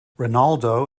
ronaldo